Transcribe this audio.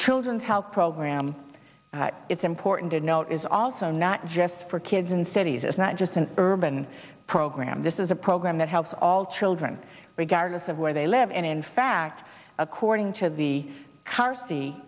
children's health program but it's important to note is also not just for kids in cities it's not just an urban program this is a program that helps all children regardless of where they live and in fact according to the carse